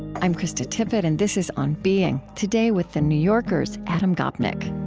i'm krista tippett, and this is on being. today, with the new yorker's adam gopnik